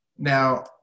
Now